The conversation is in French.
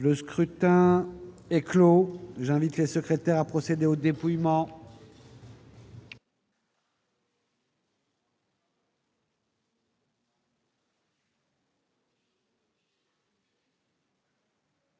Le scrutin est clos. J'invite Mmes et MM. les secrétaires à procéder au dépouillement